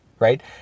right